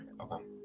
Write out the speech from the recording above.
okay